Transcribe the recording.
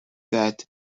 that